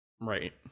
Right